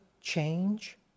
change